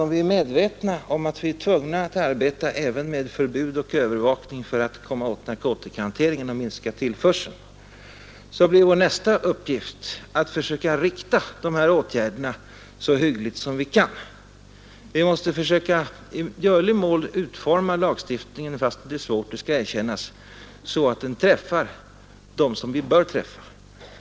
Om vi är medvetna om att vi är tvungna att arbeta även med förbud och övervakning för att komma åt narkotikahanteringen och minska narkotikatillförseln, blir vår första uppgift att försöka rikta dessa åtgärder så hyggligt som vi kan. Vi måste försöka i görligaste mån utforma lagstiftningen — även om det skall erkännas att det är svårt — så att den träffar dem som den bör träffa.